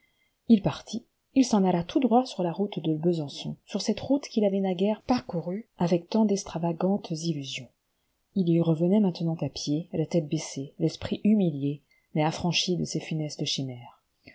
il partit il s'en alla tout droit sur la route de pesançon sur cette route qu'il avait naguère parcourue avec tant d'extravagantes illusions il y revenait maintenant à pied la tète baissée l'esprit humilié mais affranchi de ses funestes chimères